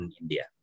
India